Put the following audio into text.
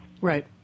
Right